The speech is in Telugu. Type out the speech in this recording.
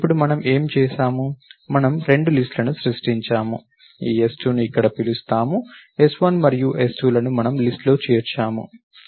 ఇప్పుడు మనం ఏమి చేసాము మనము రెండు లిస్ట్ లను సృష్టించాము ఈ s2ని ఇక్కడ పిలుస్తాము s1 మరియు s2 లను మనము లిస్ట్ లో చేర్చాము